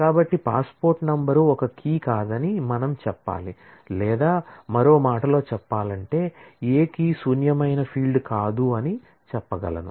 కాబట్టి passport number ఒక key కాదని మనం చెప్పాలి లేదా మరో మాటలో చెప్పాలంటే ఏ కీ శూన్యమైన ఫీల్డ్ కాదని చెప్పగలను